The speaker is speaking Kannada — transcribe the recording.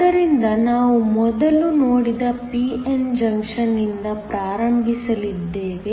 ಆದ್ದರಿಂದ ನಾವು ಮೊದಲು ನೋಡಿದ p n ಜಂಕ್ಷನ್ ನಿಂದ ಪ್ರಾರಂಭಿಸಲಿದ್ದೇವೆ